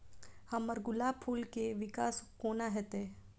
हम्मर गुलाब फूल केँ विकास कोना हेतै?